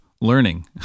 learning